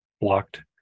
blocked